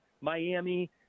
Miami